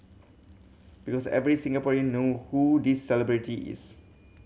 because every Singaporean know who this celebrity is